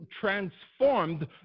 transformed